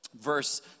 Verse